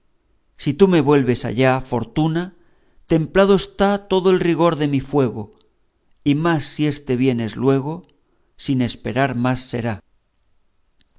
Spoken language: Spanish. si tú me vuelves allá fortuna templado está todo el rigor de mi fuego y más si este bien es luego sin esperar más será